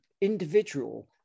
individual